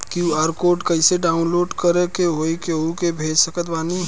QR code कइसे download कर के केहु के भेज सकत बानी?